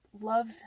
love